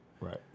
Right